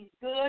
good